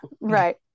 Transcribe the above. Right